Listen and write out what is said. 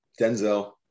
denzel